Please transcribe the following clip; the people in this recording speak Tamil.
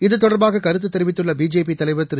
இதுதொடர்பாககருத்துத்தெரிவித்துள்ளபிஜேபிதலைவர்திரு